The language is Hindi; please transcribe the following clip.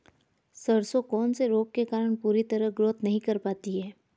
सरसों कौन से रोग के कारण पूरी तरह ग्रोथ नहीं कर पाती है?